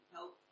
Help